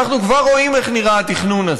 אנחנו כבר רואים איך נראה התכנון הזה,